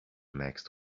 next